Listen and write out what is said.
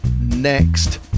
next